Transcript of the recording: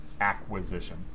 acquisition